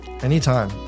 anytime